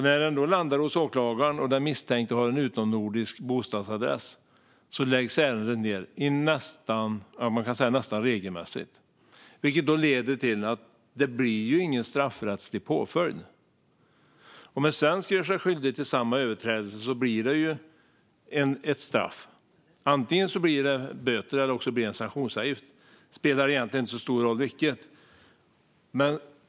När den landar hos åklagaren och den misstänkte har en utomnordisk bostadsadress läggs ärendet ned, nästan regelmässigt, vilket leder till att det inte blir någon straffrättslig påföljd. Om en svensk gör sig skyldig till samma överträdelse blir det ett straff. Det blir antingen böter eller en sanktionsavgift; det spelar egentligen inte så stor roll vilket.